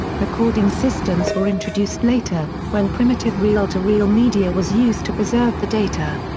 recording systems were introduced later, when primitive reel-to-reel media was used to preserve the data.